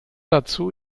dazu